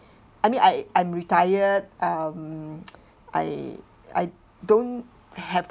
I mean I I'm retired um I I don't have